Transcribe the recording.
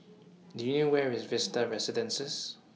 Do YOU know Where IS Vista Residences